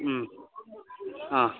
अँ अँ